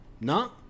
No